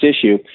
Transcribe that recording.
issue